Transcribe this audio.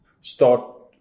start